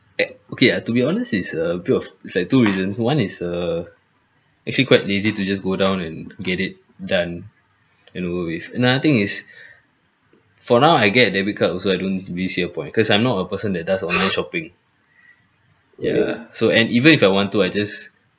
eh okay ah to be honest it's a view of is like two reasons one is err actually quite lazy to just go down and get it done and over with another thing is for now I get a debit card also I don't really see a point cause I'm not a person that does online shopping yeah so and even if I want to I just